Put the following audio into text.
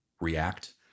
react